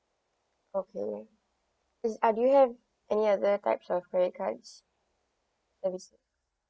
okay is ah do you have any other types of credit cards let me see